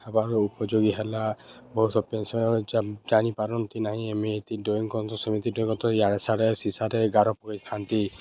ହେବାରୁ ଉପଯୋଗୀ ହେଲା ବହୁତ ସବୁ ପେନସନ ଜାଣିପାରନ୍ତି ନାହିଁ ଆମେ ଏତିି ଡ୍ରଇଂ କରନ୍ତୁ ସେମିତି ଡ୍ରଇଂ କରୁ ଇଆଡ଼େ ସିଆଡ଼େ ଶିସାରେ ଗାର କରିଥାନ୍ତି